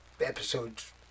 episodes